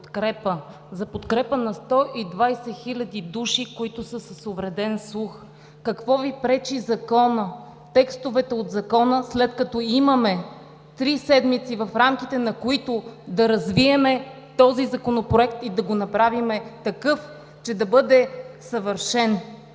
за подкрепа на 120 хиляди души, които са с увреден слух. Какво Ви пречи Законът, текстовете от Закона, след като имаме три седмици, в рамките на които да развием този Законопроект и да го направим такъв, че да бъде съвършен?